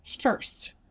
First